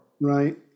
Right